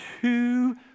two